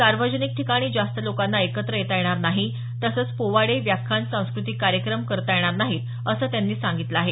सार्वजनिक ठिकाणी जास्त लोकांना एकत्र येता येणार नाही तसंच पोवाडे व्याख्यान सांस्कृतिक कार्यक्रम करता येणार नाही असं त्यांनी सांगितलं आहे